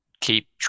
keep